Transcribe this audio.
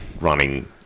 running